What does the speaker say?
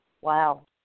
Wow